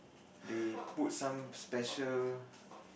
they put some special